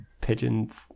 pigeon's